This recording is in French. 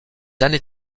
années